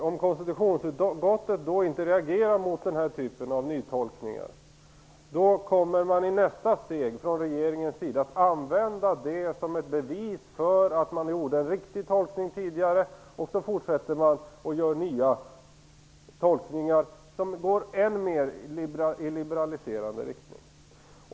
Om konstitutionsutskottet då inte reagerar mot den här typen av nytolkningar då blir nästa steg från regeringen att använda det som bevis för att man gjorde en riktig tolkning. Så fortsätter man att göra nya tolkningar som går ännu mer i liberaliserande riktning.